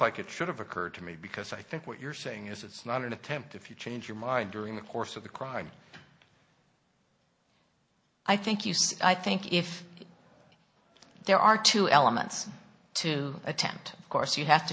like it should have occurred to me because i think what you're saying is it's not an attempt if you change your mind during the course of the crime i think you see i think if there are two elements to attempt of course you have to